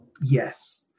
yes